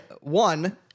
one